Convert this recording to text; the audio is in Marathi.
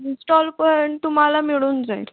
इंस्टॉल पण तुम्हाला मिळून जाईल